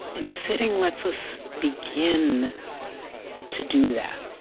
and sitting lets us begin to do that.